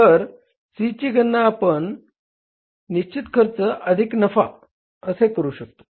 तर C ची गणना आपण निश्चित खर्च अधिक नफा असे करू शकतो